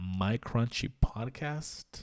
MyCrunchyPodcast